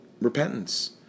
repentance